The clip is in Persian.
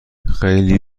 خیلی